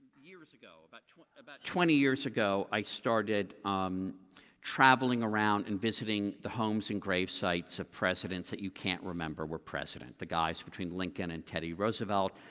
years ago, about twenty about twenty years ago, i started um traveling around and visiting the homes and grave sites of presidents that you can't remember were president. the guys between lincoln and teddy roosevelt,